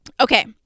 Okay